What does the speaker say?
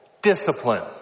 Discipline